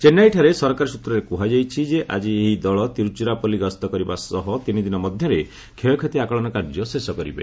ଚେନ୍ନାଇଠାରେ ସରକାରୀ ସୂତ୍ରରୁ କୁହାଯାଇଛି ଯେ ଆଜି ଏହି ଦଳ ତିରୁଚିରାପଲ୍ଲୀ ଗସ୍ତ କରିବା ସହ ତିନିଦିନ ମଧ୍ୟରେ କ୍ଷୟକ୍ଷତି ଆକଳନ କାର୍ଯ୍ୟ ଶେଷ କରିବେ